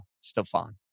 Stefan